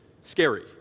scary